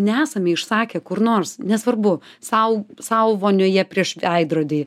nesame išsakę kur nors nesvarbu sau sau vonioje prieš veidrodį